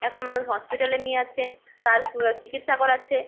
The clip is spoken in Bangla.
এখন মানুষ হসপিটালে নিয়ে যাচ্ছে তার সু চিকিৎসা করাচ্ছে